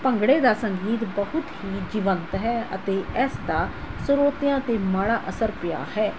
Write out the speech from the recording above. ਭੰਗੜੇ ਦਾ ਸੰਗੀਤ ਬਹੁਤ ਹੀ ਜੀਵੰਤ ਹੈ ਅਤੇ ਇਸ ਦਾ ਸਰੋਤਿਆਂ 'ਤੇ ਮਾੜਾ ਅਸਰ ਪਿਆ ਹੈ